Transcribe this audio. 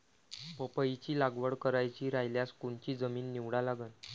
पपईची लागवड करायची रायल्यास कोनची जमीन निवडा लागन?